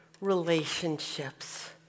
relationships